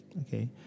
okay